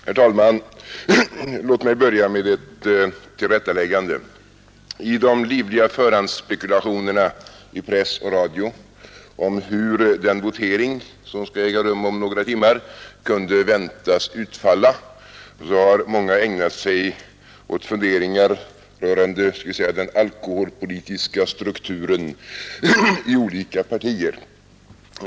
Herr talman! Låt mig börja med ett tillrättaläggande. I de livliga förhandsspekulationerna i press och radio om hur den votering som skall äga rum om några timmar kunde väntas utfalla har många ägnat sig åt funderingar rörande, skall vi säga, den alkoholpolitiska strukturen i olika partier.